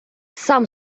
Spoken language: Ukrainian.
сам